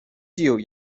具有